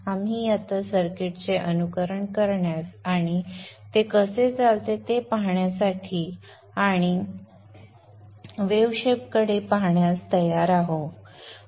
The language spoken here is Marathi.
आपण आता या सर्किटचे अनुकरण करण्यास आणि ते कसे चालते ते पाहण्यासाठी आणि वेव्हफॉर्म्स कडे पाहण्यास तयार आहोत